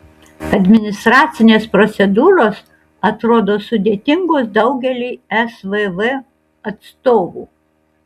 administracinės procedūros atrodo sudėtingos daugeliui svv atstovų